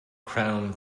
crown